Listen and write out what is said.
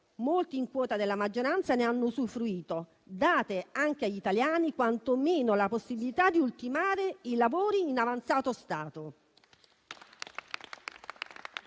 Molti in quota alla maggioranza ne hanno usufruito: date anche agli italiani quantomeno la possibilità di ultimare i lavori in avanzato stato.